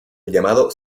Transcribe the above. llamado